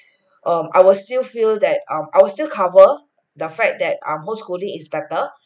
um I will still feel that err I was still cover the fact that are home schooling is better